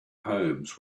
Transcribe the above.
homes